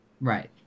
Right